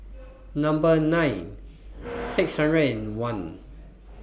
Number nine six hundred and one